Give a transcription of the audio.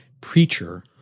Preacher